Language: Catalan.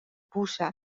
puça